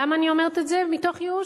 למה אני אומרת את זה מתוך ייאוש?